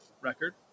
record